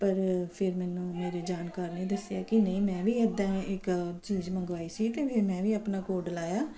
ਪਰ ਫਿਰ ਮੈਨੂੰ ਮੇਰੇ ਜਾਣਕਾਰ ਨੇ ਦੱਸਿਆ ਕਿ ਨਹੀਂ ਮੈਂ ਵੀ ਇੱਦਾਂ ਇੱਕ ਚੀਜ਼ ਮੰਗਵਾਈ ਸੀ ਅਤੇ ਵੀ ਮੈਂ ਵੀ ਆਪਣਾ ਕੋਡ ਲਾਇਆ